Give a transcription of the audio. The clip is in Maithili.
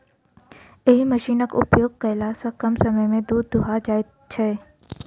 एहि मशीनक उपयोग कयला सॅ कम समय मे दूध दूहा जाइत छै